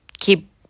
keep